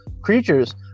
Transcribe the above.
creatures